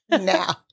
now